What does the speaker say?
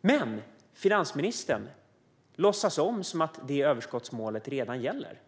Men finansministern låtsas som att det överskottsmålet redan gäller.